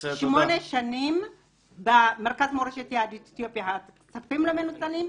שמונה שנים במרכז מורשת יהדות אתיופיה הכספים לא מנוצלים,